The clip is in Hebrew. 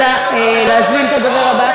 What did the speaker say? אני רוצה להזמין את הדובר הבא.